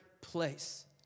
place